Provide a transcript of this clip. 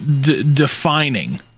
defining